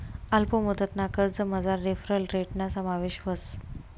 अल्प मुदतना कर्जमझार रेफरल रेटना समावेश व्हस